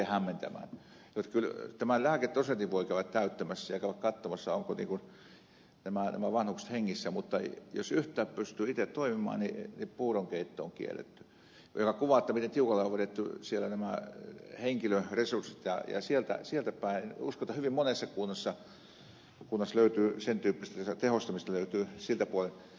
kyllä tämän lääkedosetin voi käydä täyttämässä ja käydä katsomassa ovatko nämä vanhukset hengissä mutta jos yhtään pystyy itse toimimaan niin puuron keitto on kielletty mikä kuvaa miten tiukoille on vedetty siellä nämä henkilöresurssit ja sieltäpäin uskon että hyvin monessa kunnassa löytyy sen tyyppistä tehostamista siltä puolen